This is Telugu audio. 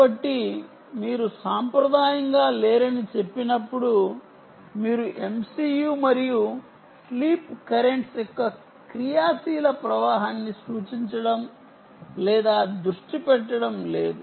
కాబట్టి మీరు సాంప్రదాయంగా లేరని చెప్పినప్పుడు మీరు MCU మరియు స్లీప్ కరెంట్స్ యొక్క క్రియాశీల ప్రవాహాన్ని సూచించడం లేదా దృష్టి పెట్టడం లేదు